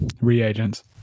Reagents